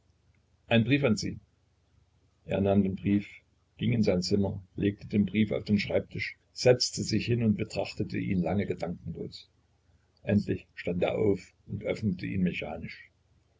ein brief an sie er nahm den brief ging in sein zimmer legte den brief auf den schreibtisch setzte sich hin und betrachtete ihn lange gedankenlos endlich stand er auf und öffnete ihn mechanisch